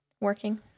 working